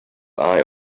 eye